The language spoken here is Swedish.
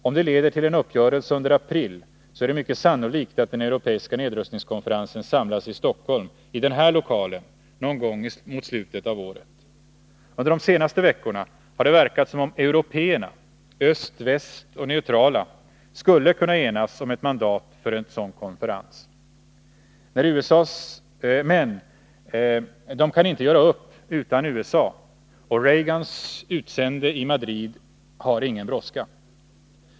Om det leder till en uppgörelse under april, är det mycket sannolikt att den europeiska nedrustningskonferensen samlas i Stockholm i den här lokalen någon gång mot slutet av året. Under de senaste veckorna har det verkat som om européerna — öst, väst och neutrala — skulle kunna enas om ett mandat för en sådan konferens. Men de kan inte göra upp utan USA, och Reagans utsände i Madrid har ingen brådska.